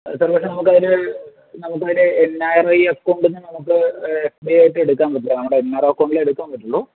അത് സർ പക്ഷെ നമുക്ക് അതിൽ നമുക്ക് അതിൽ എൻ ആർ ഐ അക്കൗണ്ടിൽ നിന്ന് നമുക്ക് എഫ് ഡി ആയിട്ടു എടുക്കാൻ പറ്റും നമ്മുടെ എൻ ആർ ഐ അക്കൗണ്ടിലേ എടുക്കാൻ പറ്റുള്ളൂ